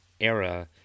era